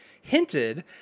hinted